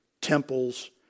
temples